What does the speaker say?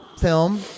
film